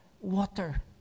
water